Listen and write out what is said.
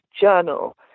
journal